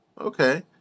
okay